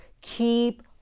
keep